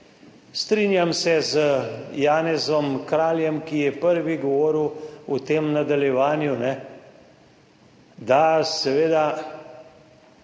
Strinjam se z Janezom Kraljem, ki je prvi govoril v tem nadaljevanju, da si seveda